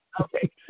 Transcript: Okay